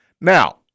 Now